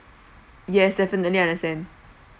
yes definitely understand